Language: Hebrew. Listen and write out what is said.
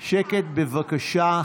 שקט, בבקשה.